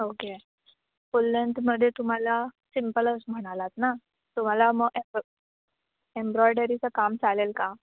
okay full लेंथमध्ये तुम्हाला सिम्पलच म्हणालात ना तुम्हाला म एम एम्ब्रॉयडरीचं काम चालेल का